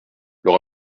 leur